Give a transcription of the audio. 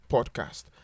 Podcast